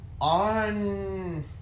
On